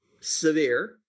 severe